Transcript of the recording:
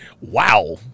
Wow